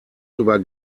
über